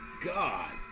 god